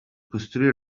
costruire